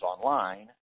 online